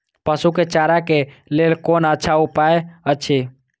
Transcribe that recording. पशु के चारा के लेल कोन अच्छा उपाय अछि?